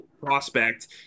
prospect